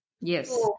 Yes